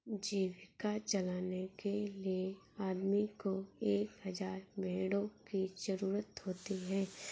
जीविका चलाने के लिए आदमी को एक हज़ार भेड़ों की जरूरत होती है